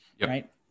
right